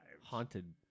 Haunted